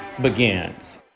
begins